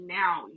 now